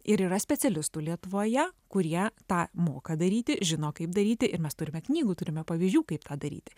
ir yra specialistų lietuvoje kurie tą moka daryti žino kaip daryti ir mes turime knygų turime pavyzdžių kaip tą daryti